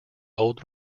old